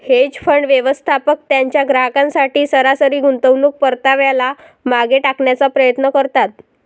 hedge fund, व्यवस्थापक त्यांच्या ग्राहकांसाठी सरासरी गुंतवणूक परताव्याला मागे टाकण्याचा प्रयत्न करतात